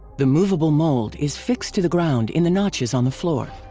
the moveable mold is fixed to the ground in the notches on the floor.